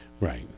Right